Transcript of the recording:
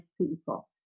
people